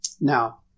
Now